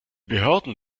behörden